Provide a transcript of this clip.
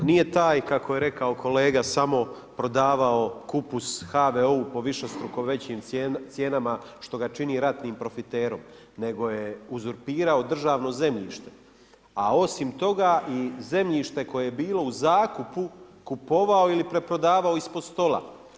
Nije taj kako je rekao kolega samo prodavao kupus HVO-u po višestruko većim cijenama što ga čini ratnim profiterom, nego je uzurpirao državno zemljište, a osim toga i zemljište koje je bilo u zakupu kupovao ili preprodavao ispod stola.